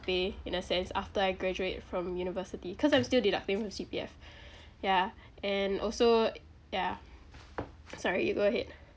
pay in a sense after I graduate from university cause I'm still deducting from C_P_F yeah and also ya sorry you go ahead